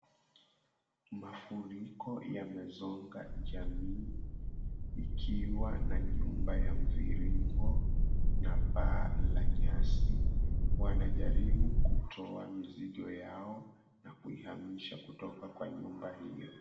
Mafuriko yamezonga jamii ikiwa na nyumba ya mviringo na paa la nyasi. Wanajaribu kutoa mizigo yao na kuihamisha kutoka kwa nyumba hiyo.